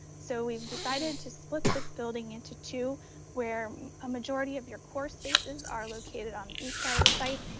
so we've decided to split this building into two where a majority of your core spaces are located on the east side of the site,